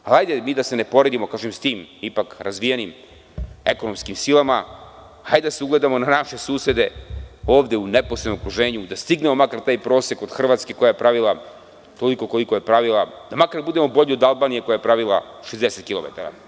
Opet kažem, nemojte da se mi poredimo s tim razvijenim ekonomskim silama, hajde da se ugledamo na naše susede u neposrednom okruženju, da stignemo makar taj prosek od Hrvatske koja je pravila toliko koliko je pravila, da makar budemo bolji od Albanije koja je pravila 60 km.